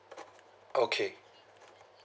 okay